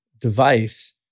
device